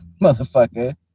Motherfucker